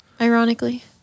Ironically